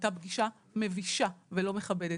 הייתה פגישה מבישה ולא מכבדת.